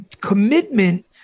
commitment